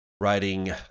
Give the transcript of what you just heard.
writing